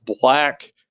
black